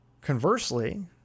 Conversely